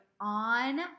on